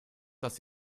dass